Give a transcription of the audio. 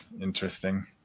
Interesting